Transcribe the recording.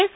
S